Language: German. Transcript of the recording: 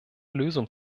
lösung